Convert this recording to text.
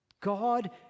God